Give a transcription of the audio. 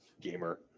Gamer